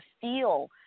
feel